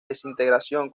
desintegración